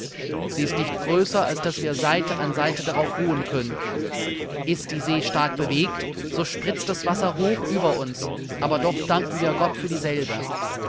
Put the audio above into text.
sie ist nicht größer als daß wir seite an seite darauf ruhen können ist die see stark bewegt so spritzt das wasser hoch über uns aber doch danken wir gott für die